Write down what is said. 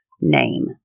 name